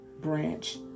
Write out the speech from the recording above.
branch